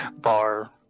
bar